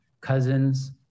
cousins